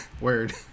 Word